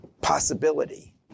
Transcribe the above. possibility